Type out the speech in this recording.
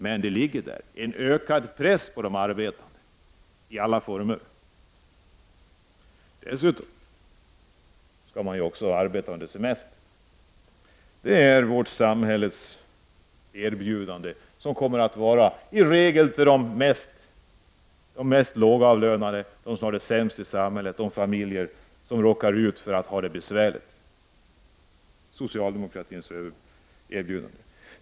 Men det ligger där en ökad press i alla former på de arbetande. Dessutom skall man också arbeta under semestern. Det är vårt samhälles erbjudande till de mest lågavlönade, de som har det sämst i samhället, de familjer som råkar ha det besvärligt. De får socialdemokratins erbjudande.